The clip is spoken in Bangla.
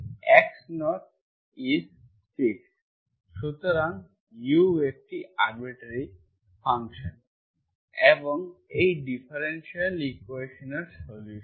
x0 ইস ফিক্সড সুতরাং u একটি আরবিট্রারি ফাংশন এবং এই ডিফারেনশিয়াল ইকুয়েশনের সল্যুশন